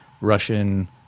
Russian